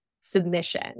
submission